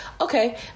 okay